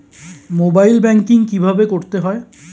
Mobile banking কীভাবে করতে হয়?